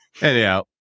Anyhow